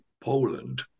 Poland